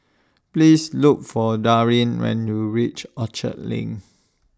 Please Look For Daryn when YOU REACH Orchard LINK